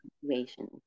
situation